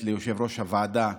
ליושב-ראש הוועדה,